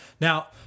Now